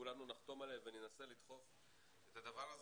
כולנו נחתום עליה וננסה לדחוף את הדבר הזה,